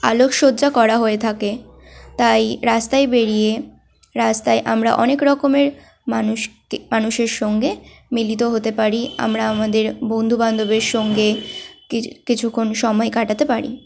আলোকসজ্জা করা হয়ে থাকে তাই রাস্তায় বেরিয়ে রাস্তায় আমরা অনেক রকমের মানুষকে মানুষের সঙ্গে মিলিত হতে পারি আমরা আমাদের বন্ধু বান্ধবের সঙ্গে কিছু কিছুক্ষণ সময় কাটাতে পারি